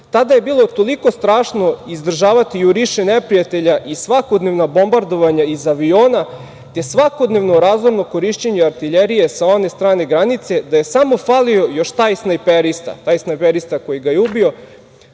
„Tada je bilo toliko strašno izdržavati juriše neprijatelja i svakodnevna bombardovanja iz aviona, te svakodnevno razorno korišćenje artiljerije sa one strane granice da je samo falio još taj snajperista, taj